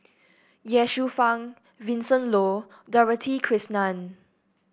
Ye Shufang Vincent Leow Dorothy Krishnan